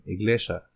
Iglesia